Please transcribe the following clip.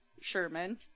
Sherman